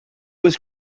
was